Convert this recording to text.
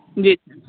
जी sir